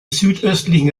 südöstlichen